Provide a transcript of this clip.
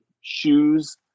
shoes